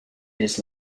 his